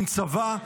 עם צבא,